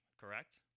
correct